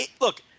look